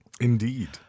Indeed